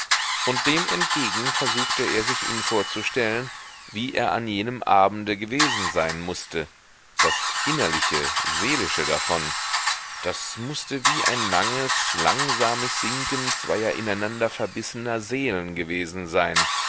und dem entgegen versuchte er sich ihn vorzustellen wie er an jenem abende gewesen sein mußte das innerliche seelische davon das mußte wie ein langes langsames sinken zweier ineinander verbissener seelen gewesen sein